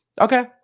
Okay